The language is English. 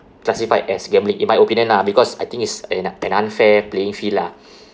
classified as gambling in my opinion lah because I think it's an un~ an unfair playing field lah